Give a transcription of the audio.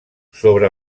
sobre